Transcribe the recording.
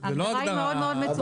ההגדרה היא מאוד מאוד מצומצמת.